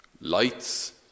lights